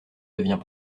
devient